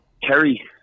Kerry